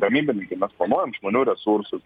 gamybininkai mes planuojam žmonių resursus